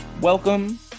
welcome